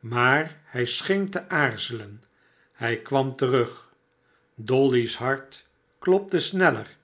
maar hij scheen te aarzelen hij kwam terug dolly's hart klopte sneller